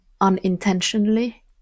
unintentionally